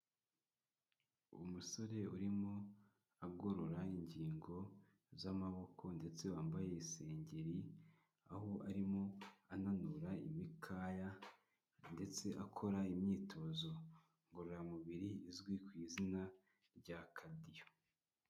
Umusore urimo agorora ingingo z'amaboko ndetse wambaye isengeri, aho arimo ananura imikaya ndetse akora imyitozo ngororamubiri izwi ku izina rya kadiyo.